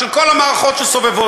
של כל המערכות הסובבות.